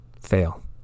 fail